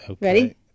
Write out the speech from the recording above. Ready